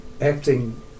acting